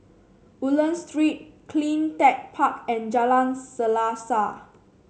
Woodlands Street Clean Tech Park and Jalan Selaseh